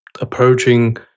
approaching